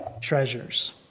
treasures